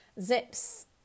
zips